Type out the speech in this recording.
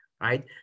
right